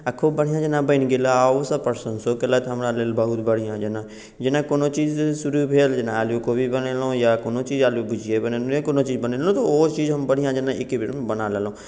आ खूब बढ़िऑं जेना बनि गेल आ ओ सब प्रशंसो केलथि हमरा लेल बहुत बढ़िऑं जेना जेना कोनो चीज शुरू भेल जेना आलू कोबी बनेलहुॅं या कोनो चीज आलू भुजिये बनेलहुॅं कोनो चीज बनेलहुॅं तऽ ओ चीज बढ़िऑं जेना एकेबेरमे बना लेलहुॅं